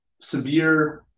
severe